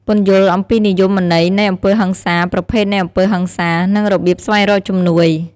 ពន្យល់អំពីនិយមន័យនៃអំពើហិង្សា ប្រភេទនៃអំពើហិង្សា និងរបៀបស្វែងរកជំនួយ។